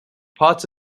parts